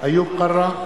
איוב קרא,